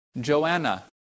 Joanna